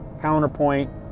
counterpoint